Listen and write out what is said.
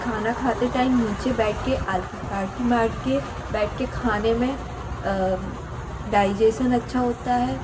खाना खाते टाइम नीचे बैठ के आलकी पालकी मार के बैठ के खाने में डाइजेसन अच्छा होता है